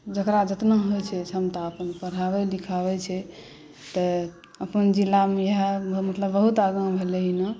जकरा जितना होइत छै क्षमता अपन पढ़ाबैत लिखाबैत छै तऽ अपन जिलामे इएह मतलब बहुत आगाँ भेलै एहिमे